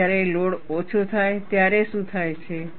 અને જ્યારે લોડ ઓછો થાય ત્યારે શું થાય છે